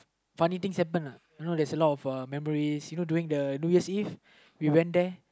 funny things happen lah you know there's a lot of memories you know uh during the New Year's Eve we went there